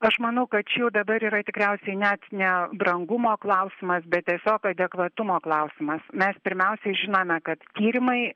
aš manau kad čia jau dabar yra tikriausiai net ne brangumo klausimas bet tiesiog adekvatumo klausimas mes pirmiausiai žinome kad tyrimai